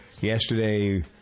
yesterday